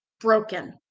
broken